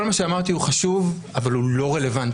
כל מה שאמרתי הוא חשוב אבל הוא לא רלוונטי,